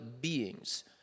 beings